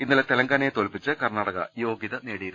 ഇന്നലെ തെലങ്കാനയെ തോൽപ്പിച്ച് കർണാടക യോഗൃത നേടിയിരുന്നു